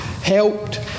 helped